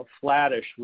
flattish